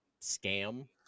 scam